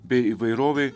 bei įvairovei